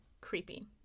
creepy